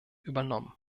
übernommen